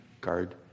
guard